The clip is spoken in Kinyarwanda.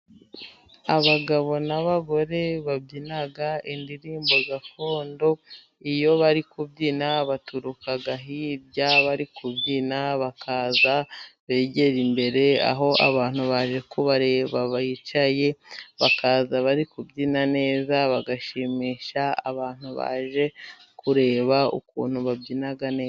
Abagabo n'abagore babyina indirimbo gakondo iyo bari kubyina, baturuka hirya bari kubyina bakaza begere imbere aho abantu baje kubareba bicaye, bakaza bari kubyina neza bagashimisha abantu baje kureba ukuntu babyina neza.